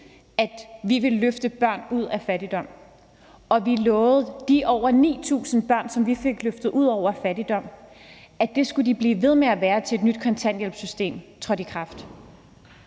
at vi ville løfte børn ud af fattigdom, og vi lovede de over 9.000 børn, som vi fik løftet ud af fattigdom, at det skulle de blive ved med at være, til et nyt kontanthjælpssystem trådte i kraft.